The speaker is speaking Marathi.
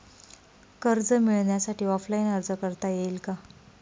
कर्ज मिळण्यासाठी ऑफलाईन अर्ज करता येईल का?